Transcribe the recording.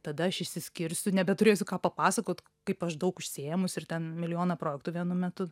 tada aš išsiskirsiu nebeturėsiu ką papasakot kaip aš daug užsiėmusi ir ten milijoną projektų vienu metu